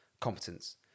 competence